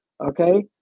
Okay